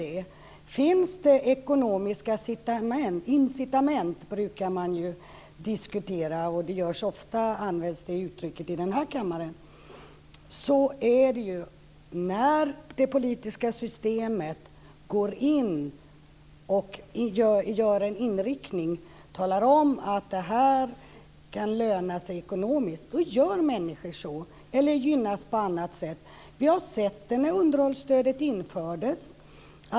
Det är viktigt med ekonomiska incitament. Det brukar man ju diskutera och det uttrycket används ofta i den här kammaren. Det är ju när det politiska systemet går in och gör en inriktning och talar om att det här kan löna sig ekonomiskt. Då gör människor så. Detsamma gäller om det gynnas på annat sätt. Vi har sett det när underhållsstödet infördes.